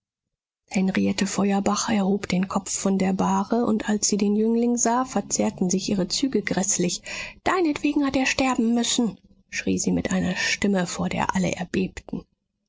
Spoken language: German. henriette feuerbach erhob den kopf von der bahre und als sie den jüngling sah verzerrten sich ihre züge gräßlich deinetwegen hat er sterben müssen schrie sie mit einer stimme vor der alle erbebten